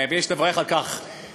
ויש לברך על כך,